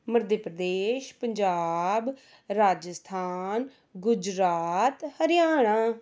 Madhya Pradesh Punjab Rajasthan Gujarat Haryana